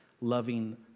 loving